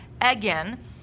again